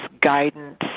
guidance